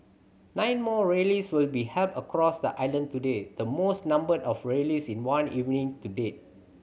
nine more rallies will be held across the island today the most number of rallies in one evening to date